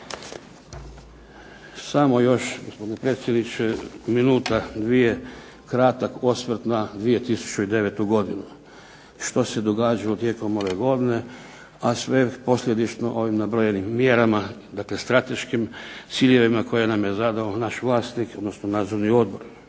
Samo još gospodine predsjedniče minuta, dvije kratak osvrt na 2009. godinu, što se događalo tijekom ove godine, a sve posljedično ovim nabrojenim mjerama, dakle strateškim ciljevima koje nam je zadao naš vlasnik, odnosno Nadzorni odbor.